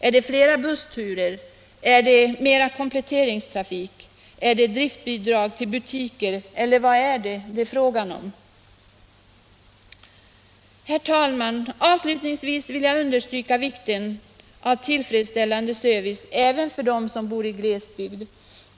Är det fler bussturer, mer kompletteringstrafik, driftbidrag till butiker, eller vad är det fråga om? Herr talman! Avslutningsvis vill jag understryka vikten av tillfredsställande service även för dem som bor i glesbygd.